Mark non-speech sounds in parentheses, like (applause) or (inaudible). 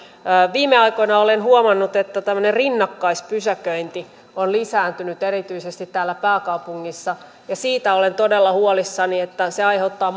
viime aikoina olen huomannut että tämmöinen rinnakkaispysäköinti on lisääntynyt erityisesti täällä pääkaupungissa ja siitä olen todella huolissani että se aiheuttaa (unintelligible)